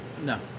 No